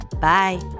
Bye